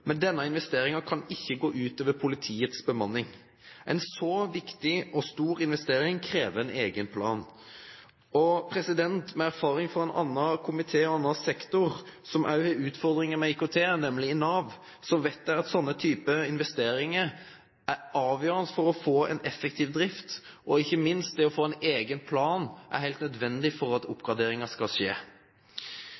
Men denne investeringen kan ikke gå ut over politiets bemanning. En så viktig og stor investering krever en egen plan. Med erfaring fra en annen komité og en annen sektor som også har utfordringer med IKT, nemlig Nav, vet jeg at slike typer investeringer er avgjørende for å få en effektiv drift, og ikke minst er det helt nødvendig å få en egen plan for at